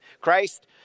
Christ